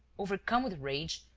overcome with rage,